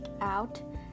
out